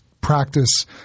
practice